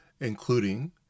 including